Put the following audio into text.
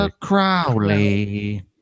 Crowley